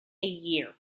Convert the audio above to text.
year